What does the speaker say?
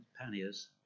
panniers